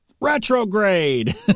retrograde